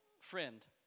friend